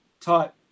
type